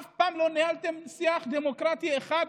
אף פעם לא ניהלתם שיח דמוקרטי אחד,